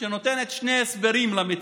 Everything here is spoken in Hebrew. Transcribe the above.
שנותנת שני הסברים למציאות.